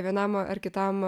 vienam ar kitam